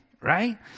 right